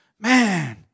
man